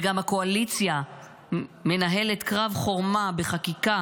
וגם הקואליציה מנהלת קרב חורמה בחקיקה